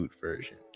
version